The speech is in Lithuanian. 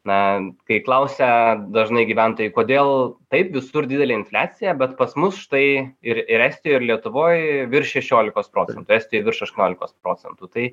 na kai klausia dažnai gyventojai kodėl taip visur didelė infliacija bet pas mus štai ir ir estijoj ir lietuvoj virš šešiolikos procentų estijoj virš aštuoniolikos procentų tai